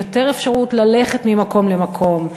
יותר אפשרות ללכת ממקום למקום,